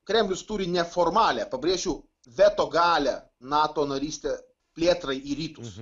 kremlius turi neformalią pabrėžiu veto galią nato naryste plėtrai į rytus